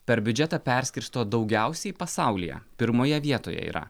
per biudžetą perskirsto daugiausiai pasaulyje pirmoje vietoje yra